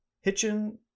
Hitchin